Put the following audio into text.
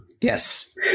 Yes